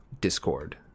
discord